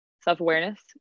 self-awareness